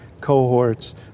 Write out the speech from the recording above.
cohorts